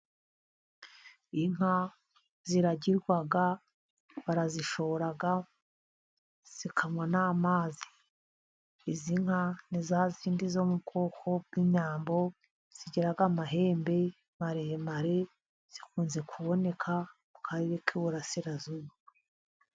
Inka ziragirwa, barazishora zikanywa n'amazi. Izi nka ni za zindi zo mu bwoko bw'inyambo, zigira amahembe maremare, zikunze kuboneka mu karere k'i burasirazuba.